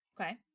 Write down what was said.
Okay